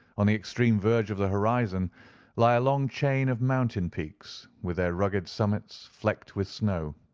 on the extreme verge of the horizon lie a long chain of mountain peaks, with their rugged summits flecked with snow.